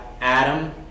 Adam